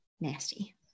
nasty